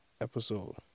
episode